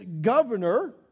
governor